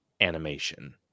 animation